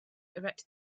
erect